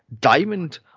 diamond